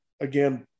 again